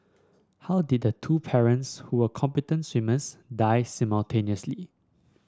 how did the two parents who were competent swimmers die simultaneously